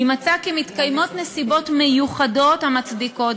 אם מצא כי מתקיימות נסיבות מיוחדות המצדיקות